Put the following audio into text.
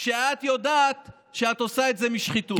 כשאת יודעת שאת עושה את זה משחיתות.